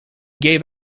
gave